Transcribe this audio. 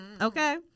Okay